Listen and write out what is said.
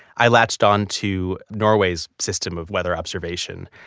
i latched on to norway's system of weather observation,